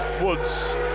Woods